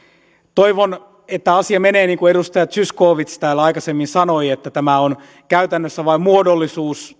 toivon että asia menee niin kuin edustaja zyskowicz täällä aikaisemmin sanoi että tämä kunnan päätös on käytännössä vain muodollisuus